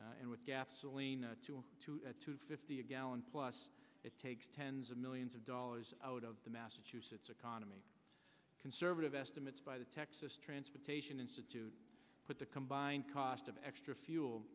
and with gasoline to two hundred fifty a gallon plus it takes tens of millions of dollars out of the massachusetts economy conservative estimates by the texas transportation institute put the combined cost of extra fuel